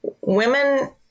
Women